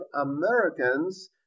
Americans